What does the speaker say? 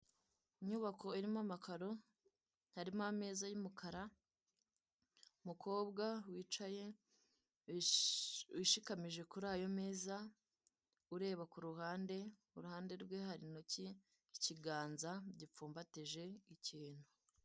Inyubako irimo amakaro harimo ameza y'umukara umukobwa wicaye wishikamije kuri ayo meza ureba kuruhande kuruhande rwe hari intoki z'ikiganza gipfumbatije ikintu.